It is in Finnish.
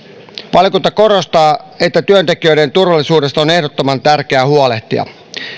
valiokunta korostaa että työntekijöiden turvallisuudesta on ehdottoman tärkeää huolehtia